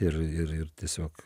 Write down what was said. ir ir ir tiesiog